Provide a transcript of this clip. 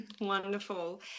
Wonderful